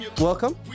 welcome